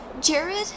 Jared